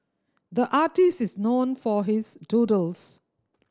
the artist is known for his doodles